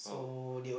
oh